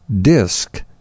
disc